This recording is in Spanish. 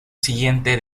siguiente